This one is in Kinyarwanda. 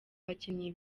bakinnyi